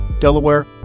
Delaware